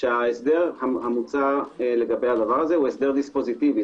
שההסדר המוצע לגבי הדבר הזה הוא דיספוזיטיבי,